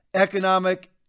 economic